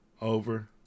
Over